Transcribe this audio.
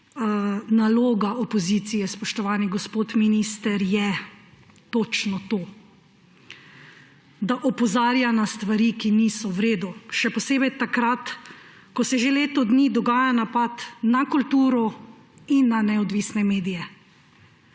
naloga opozicije, spoštovani gospod minister, je točno to, da opozarja na stvari, ki niso v redu, še posebej takrat, ko se že leto dni dogaja napad na kulturo in na neodvisne medije.